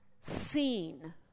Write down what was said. seen